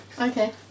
Okay